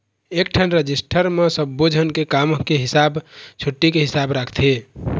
एकठन रजिस्टर म सब्बो झन के काम के हिसाब, छुट्टी के हिसाब राखथे